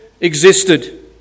existed